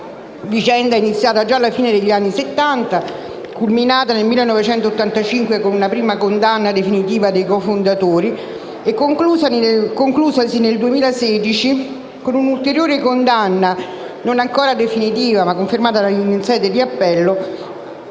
iniziata già alla fine degli anni Settanta, culminata nel 1985 con una prima condanna definitiva dei cofondatori e conclusasi nel 2016 con un'ulteriore condanna (non ancora definitiva, ma confermata in sede di appello)